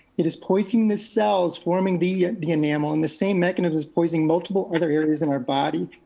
it is poisoning the cells forming the the enamel and the same mechanism is poisoning multiple other areas in our body.